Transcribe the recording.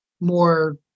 more